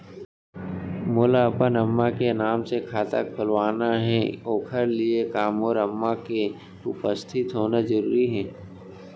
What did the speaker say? मोला अपन अम्मा के नाम से खाता खोलवाना हे ओखर लिए का मोर अम्मा के उपस्थित होना जरूरी हे?